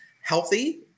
healthy